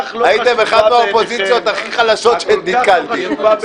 הייתם אחת האופוזיציות הכי חלשות שאני נתקלתי בהן.